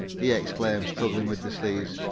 he exclaimed, struggling with the sleeves.